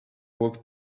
walk